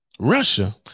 Russia